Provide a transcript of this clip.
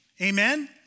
Amen